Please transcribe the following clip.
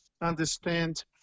understand